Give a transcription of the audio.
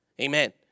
Amen